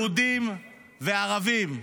יהודים וערבים.